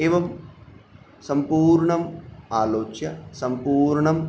एवं सम्पूर्णम् आलोच्य सम्पूर्णम्